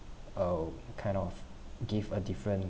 err kind of give a different